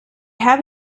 have